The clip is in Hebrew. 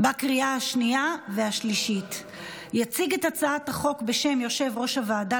אני קובעת כי הצעת חוק העברת מידע לצורך זיהוי או אימות זהות של אדם,